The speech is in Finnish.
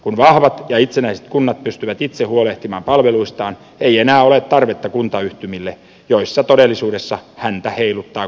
kun vahvat ja itsenäiset kunnat pystyvät itse huolehtimaan palveluistaan ei enää ole tarvetta kuntayhtymille joissa todellisuudessa häntä heiluttaa koiraa